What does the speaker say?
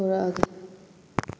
ꯊꯣꯔꯛꯑꯒꯦ